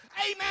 amen